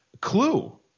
Clue